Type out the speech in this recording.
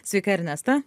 sveika ernesta